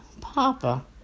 Papa